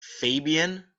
fabian